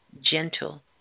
Gentle